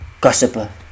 gossiper